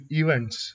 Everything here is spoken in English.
events